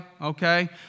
Okay